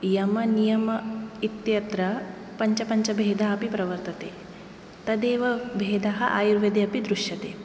यमनियम इत्यत्र पञ्च पञ्चभेदा अपि प्रवर्तते तदेव भेदाः आयुर्वेदे अपि दृश्यते